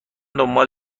دنبال